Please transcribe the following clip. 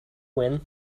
win